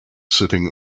sitting